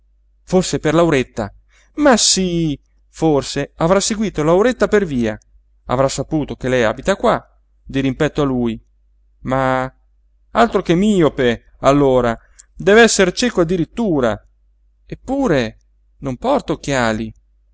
forse per lauretta ma sí forse avrà seguíto lauretta per via avrà saputo che lei abita qua dirimpetto a lui ma altro che miope allora dev'esser cieco addirittura eppure non porta occhiali